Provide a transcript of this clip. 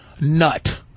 nut